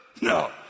No